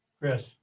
Chris